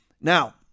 Now